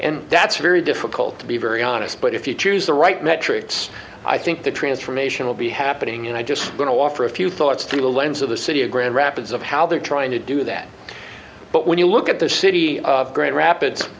and that's very difficult to be very honest but if you choose the right metrics i think the transformation will be happening and i just going to offer a few thoughts to the lens of the city of grand rapids of how they're trying to do that but when you look at the city of grand rapids